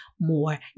more